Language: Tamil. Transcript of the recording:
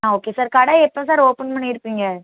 ஆ ஓகே சார் கடை எப்போ சார் ஓப்பன் பண்ணிருப்பிங்க